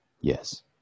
Yes